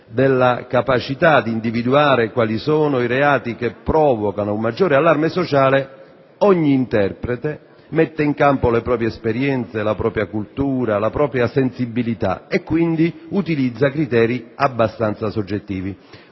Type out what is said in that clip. della capacità di individuare quali sono i reati che provocano un maggiore allarme sociale ogni interprete mette in campo le proprie esperienze, la propria cultura, la propria sensibilità, e quindi utilizza criteri abbastanza soggettivi.